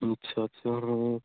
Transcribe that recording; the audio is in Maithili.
अच्छा अच्छ ह्म्म